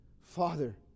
Father